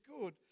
good